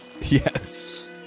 yes